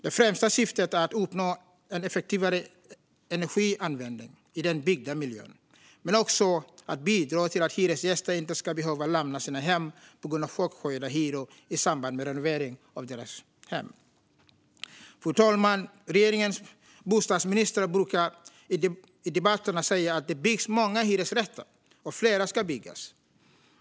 Det främsta syftet är att uppnå en effektivare energianvändning i den byggda miljön, men syftet är också att bidra till att hyresgäster inte behöver lämna sina hem på grund av chockhöjda hyror i samband med renovering. Fru talman! Regeringens bostadsministrar brukar i debatterna säga att det byggs många hyresrätter och att fler ska byggas.